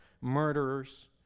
murderers